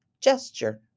gesture